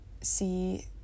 see